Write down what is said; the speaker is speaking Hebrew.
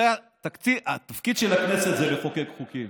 הרי התפקיד של הכנסת זה לחוקק חוקים.